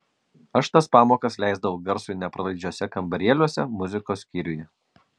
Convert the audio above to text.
aš tas pamokas leisdavau garsui nepralaidžiuose kambarėliuose muzikos skyriuje